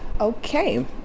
Okay